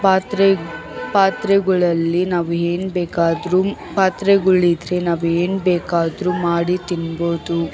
ಪಾತ್ರೆ ಪಾತ್ರೆಗಳಲ್ಲಿ ನಾವು ಏನ್ ಬೇಕಾದರು ಪಾತ್ರೆಗಳಿದ್ರೆ ನಾವು ಏನು ಬೇಕಾದರೂ ಮಾಡಿ ತಿನ್ಬೋದು